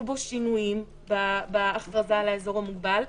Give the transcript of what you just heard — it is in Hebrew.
בו שינויים בהכרזה על האזור המוגבל.